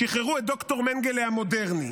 שחררו את ד"ר מנגלה המודרני.